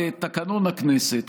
תקנון הכנסת,